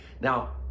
now